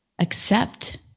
accept